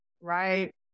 right